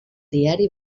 diari